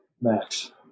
Max